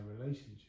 relationship